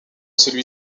celui